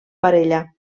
parella